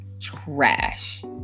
trash